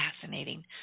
fascinating